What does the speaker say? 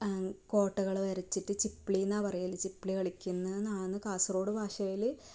കോട്ടകൾ വരച്ചിട്ട് ചിപ്ലിയെന്നാ പറയൽ ചിപ്ലി കളിക്കുന്നുവെന്നാണ് കാസർഗോഡ് ഭാഷയിൽ